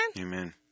Amen